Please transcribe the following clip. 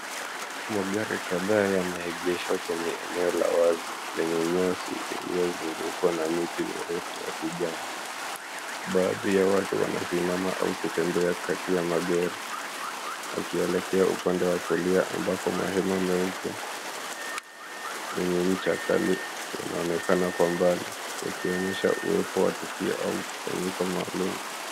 Magari kadhaa yameegeshwa kwenye eneo la wazi lenye nyasi iliyozungukwa na miti mirefu ya kijani. Baadhi ya watu wanasimama au kutembea kati ya magari wakielekea upande wa kulia, ambapo mahema meupe yenye ncha kali yanaonekana kwamba yakionyesha uwepo wa tukio au mkusanyiko maalum.